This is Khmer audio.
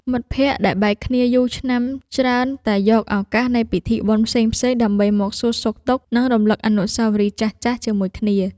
មិត្តភក្តិដែលបែកគ្នាយូរឆ្នាំច្រើនតែយកឱកាសនៃពិធីបុណ្យផ្សេងៗដើម្បីមកសួរសុខទុក្ខ និងរំលឹកអនុស្សាវរីយ៍ចាស់ៗជាមួយគ្នា។